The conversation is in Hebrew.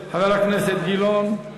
חבר הכנסת גילאון,